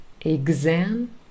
Exam